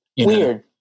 Weird